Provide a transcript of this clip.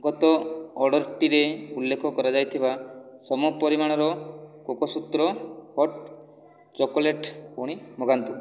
ଗତ ଅର୍ଡ଼ର୍ଟିରେ ଉଲ୍ଲେଖ କରାଯାଇଥିବା ସମ ପରିମାଣର କୋକୋସୂତ୍ର ହଟ୍ ଚକୋଲେଟ୍ ପୁଣି ମଗାନ୍ତୁ